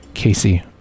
Casey